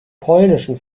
polnischen